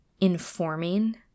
informing